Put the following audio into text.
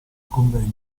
convegni